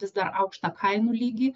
vis dar aukštą kainų lygį